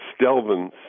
Stelvin